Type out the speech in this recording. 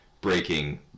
breaking